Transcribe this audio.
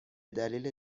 دلیل